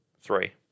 Three